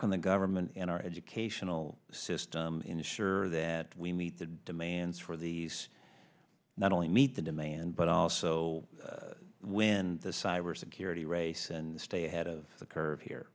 can the government and our educational system ensure that we meet the demands for these not only meet the demand but also when the cybersecurity race and stay ahead of the curve here